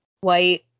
white